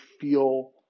feel –